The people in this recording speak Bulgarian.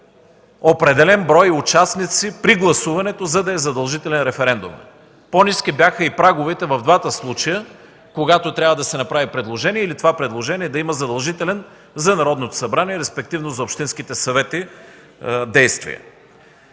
определен брой участници при гласуването, за да е задължителен референдумът. По-ниски бяха и праговете в двата случая, когато трябва да се направи предложение или това предложение да има задължително за Народното събрание, респективно за общинските съвети действие.